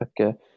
Okay